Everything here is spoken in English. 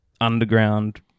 Underground